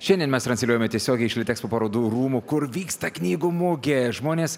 šiandien mes transliuojame tiesiogiai iš litexpo parodų rūmų kur vyksta knygų mugė žmonės